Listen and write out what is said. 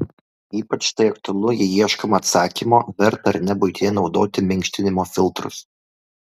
ypač tai aktualu jei ieškoma atsakymo verta ar ne buityje naudoti minkštinimo filtrus